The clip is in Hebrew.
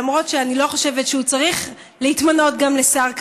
למרות שאני לא חושבת שהוא צריך להתמנות גם לשר כזה,